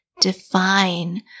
define